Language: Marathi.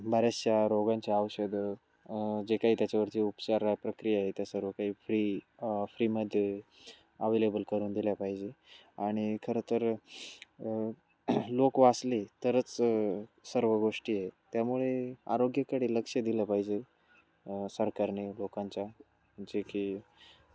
बऱ्याचशा रोगांचे औषधं जे काही त्याच्यावरती उपचार आहे प्रक्रिया आहे त्या सर्व काही फ्री फ्रीमध्ये अवेलेबल करून दिल्या पाहिजे आणि खरं तर लोक वाचले तरच सर्व गोष्टी आहे त्यामुळे आरोग्याकडे लक्ष दिलं पाहिजे सरकारने लोकांच्या जे की